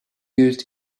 used